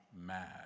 mad